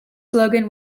slogan